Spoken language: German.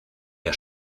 der